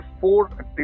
four